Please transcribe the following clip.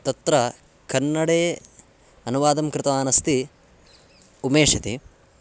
तत्र कन्नडे अनुवादं कृतवान् अस्ति उमेश् इति